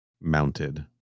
mounted